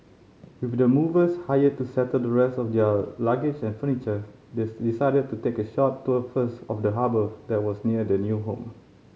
with the movers hired to settle the rest of their luggage and furniture they decided to take a short tour first of the harbour that was near their new home